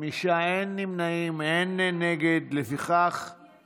טבק ועישון (תיקון מס' 8) (ביטול החרגת העיתונות המודפסת),